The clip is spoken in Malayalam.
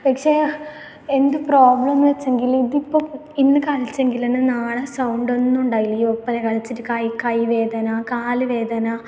പക്ഷേ എന്ത് പ്രോബ്ലം എന്ന് വച്ചെങ്കിൽ ഇതിപ്പം ഇന്ന് കളിച്ചെങ്കിൽ തന്നെ നാളെ സൗണ്ട് ഒന്നും ഉണ്ടാകില്ല ഈ ഒപ്പന കളിച്ചിട്ട് കൈ കൈ വേദന കാല് വേദന